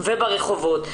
וברחובות.